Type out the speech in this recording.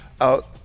out